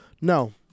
No